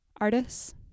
Artists